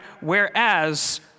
whereas